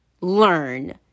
Learn